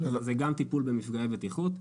זה גם טיפול במפגעי בטיחות,